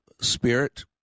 spirit